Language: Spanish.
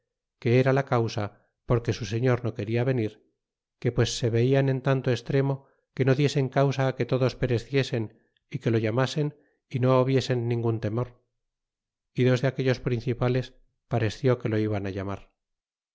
que era la causa porque su señor no quena venir que pues se velan en tanto extremo que no diesen causa á que todos pereseiesen y que lo llamasen y no hubiesen ningun temor y dos de aquellos pe incipa'es pa resció que lo iban llamar